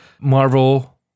Marvel